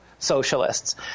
Socialists